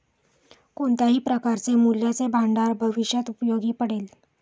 कोणत्याही प्रकारचे मूल्याचे भांडार भविष्यात उपयोगी पडेल